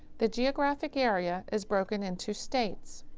the geographic area is broken into states.